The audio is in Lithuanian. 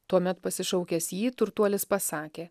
tuomet pasišaukęs jį turtuolis pasakė